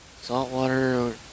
Saltwater